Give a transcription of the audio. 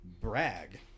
brag